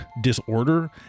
disorder